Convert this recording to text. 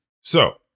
So-